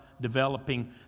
developing